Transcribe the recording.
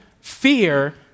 fear